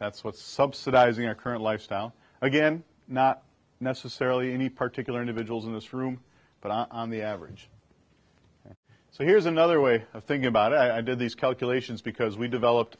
that's what subsidizing our current lifestyle again not necessarily any particular individuals in this room but on the average so here's another way of thinking about i did these calculations because we developed